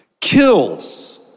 Kills